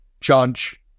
judge